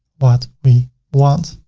what we want.